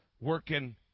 working